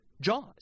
Jaws